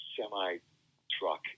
semi-truck